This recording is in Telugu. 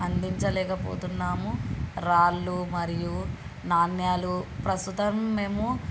అందించలేక పోతున్నాము రాళ్ళు మరియు నాణేలు ప్రస్తుతం మేము